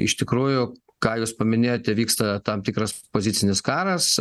iš tikrųjų ką jūs paminėjote vyksta tam tikras pozicinis karas